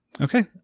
Okay